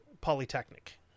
polytechnic